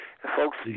Folks